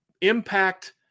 impact